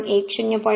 1 0